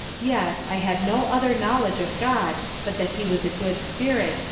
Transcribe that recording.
yet, i had no other knowledge of god but that he was a good spirit,